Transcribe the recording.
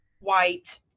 white